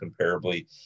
comparably